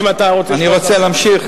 אני רוצה להמשיך.